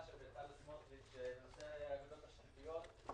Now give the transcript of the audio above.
של בצלאל סמוטריץ' בנושא האגודות השיתופיות.